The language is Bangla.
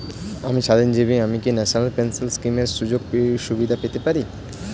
আমি স্বাধীনজীবী আমি কি ন্যাশনাল পেনশন স্কিমের সুযোগ সুবিধা পেতে পারি?